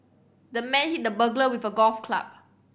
the man hit the burglar with a golf club